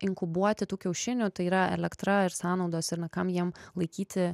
inkubuoti tų kiaušinių tai yra elektra ir sąnaudos ir na kam jiem laikyti